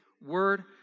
word